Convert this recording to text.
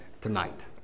tonight